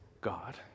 God